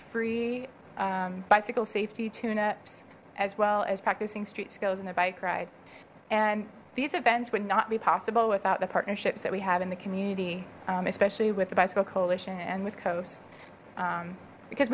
free bicycle safety tuneups as well as practicing street skills in the bike ride and these events would not be possible without the partnerships that we have in the community especially with the bicycle coalition and with coasts because